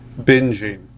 binging